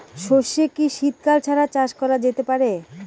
সর্ষে কি শীত কাল ছাড়া চাষ করা যেতে পারে?